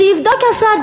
שיבדוק השר,